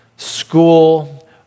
school